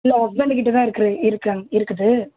இல்லை ஹஸ்பெண்டுக்கிட்ட தான் இருக்குது இருக்கங் இருக்குது